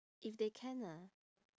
if they can ah